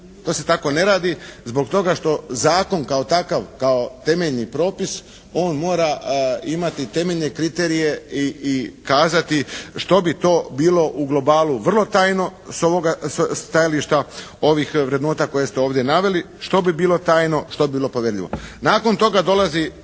To se tako ne radi zbog toga što zakon kao takav, kao temeljni propis on mora imati temeljne kriterije i kazati što bi to bilo u globalu vrlo tajno sa ovoga stajališta ovih vrednota koje ste ovdje naveli, što bi bilo tajno, što bi bilo povjerljivo. Nakon toga dolazi